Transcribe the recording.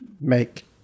make